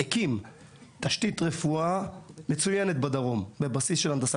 הקים תשתית רפואה מצוינת בבסיס של הנדסה